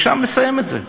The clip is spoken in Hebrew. ושם נסיים את זה בצורה,